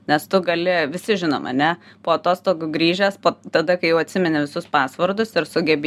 nes tu gali visi žinom ane po atostogų grįžęs po tada kai jau atsimeni visus pasvordus ir sugebi